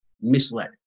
misled